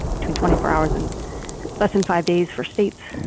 between twenty four hours and less than five days for states,